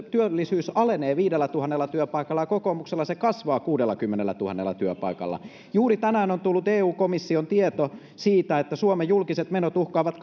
työllisyys alenee viidellätuhannella työpaikalla ja kokoomuksella se kasvaa kuudellakymmenellätuhannella työpaikalla juuri tänään on tullut eu komission tieto siitä että suomen julkiset menot uhkaavat